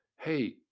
hey